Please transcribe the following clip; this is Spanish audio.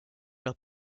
los